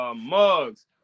mugs